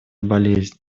болезнь